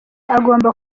agomba